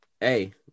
hey